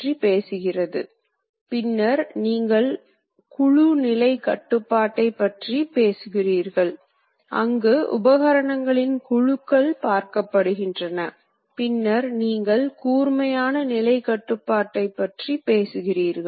இது இயக்கத்தின் ஒரு முழுமையான சுழற்சியில் எவ்வளவு பொருள் அகற்றப்படுகிறது என்பதைக் குறிக்கிறது